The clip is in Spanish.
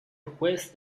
juez